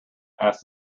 asked